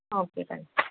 okay thanks